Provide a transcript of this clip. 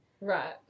Right